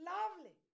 Lovely